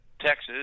Texas